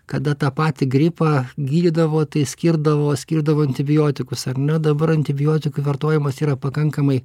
kada tą patį gripą gydydavo tai skirdavo skirdavo antibiotikus ar ne dabar antibiotikų vartojimas yra pakankamai